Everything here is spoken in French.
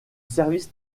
service